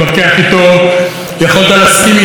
יכולת להסכים איתו, דבר אחד לא יכולת לקחת לו: